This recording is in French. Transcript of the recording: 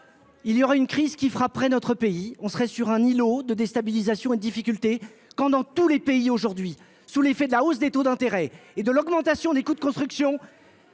entendre, une crise frapperait notre pays, nous serions sur un îlot de déstabilisation et de difficultés, quand dans tous les pays, aujourd’hui, la hausse des taux d’intérêt et l’augmentation des coûts de construction